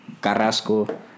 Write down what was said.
Carrasco